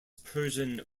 persian